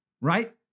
right